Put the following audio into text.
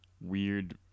weird